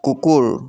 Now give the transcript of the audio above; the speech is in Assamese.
কুকুৰ